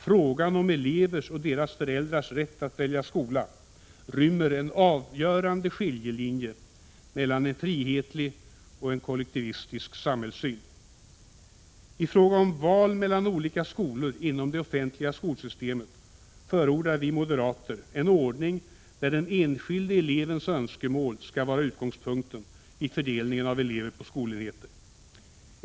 Frågan om elevers och deras föräldrars rätt att välja skola rymmer en avgörande skiljelinje mellan frihetlig och kollektivistisk samhällssyn. I fråga om val mellan olika skolor inom det offentliga skolsystemet förordar vi moderater en ordning, där den enskilde elevens önskemål skall vara utgångspunkten vid fördelningen av elever på skolenheter.